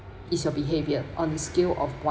is your behavior on the scale of what